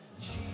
Jesus